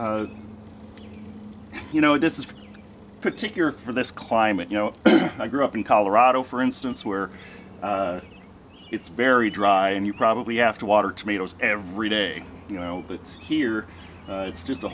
water you know this is particular for this climate you know i grew up in colorado for instance where it's very dry and you probably have to water tomatoes every day you know but here it's just a